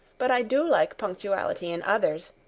but i do like punctuality in others,